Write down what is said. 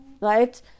right